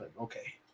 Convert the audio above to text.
Okay